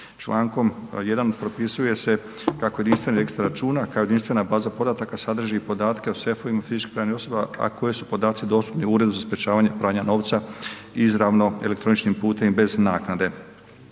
Člankom 1. propisuje se kako jedinstveni registar računa kao jedinstvena baza podataka sadrži podatke o sefovima fizičkih i pravnih osoba, a koje su podaci dostupni u Uredu za sprečavanje pranja novca izravnom elektroničkim putem i bez naknade.